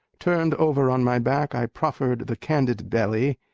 turned over on my back, i proffered the candid belly,